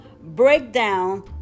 breakdown